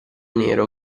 nero